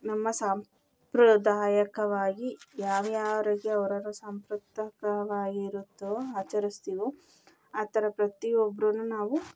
ನಮ್ಮ ಸಾಂಪ್ರದಾಯಕವಾಗಿ ಯಾವ ಯಾರಿಗೆ ಅವ್ರ ಅವರ ಸಾಂಪ್ರದಾಯಕವಾಗಿರುತ್ತೋ ಆಚರಿಸ್ತಿವೋ ಆ ಥರ ಪ್ರತಿಯೊಬ್ರು ನಾವು